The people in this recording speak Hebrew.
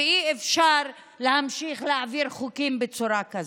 ואי-אפשר להמשיך להעביר חוקים בצורה כזו.